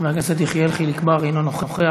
חבר הכנסת יחיאל חיליק בר, אינו נוכח.